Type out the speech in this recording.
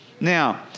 Now